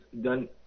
done